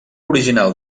original